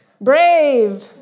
brave